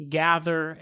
gather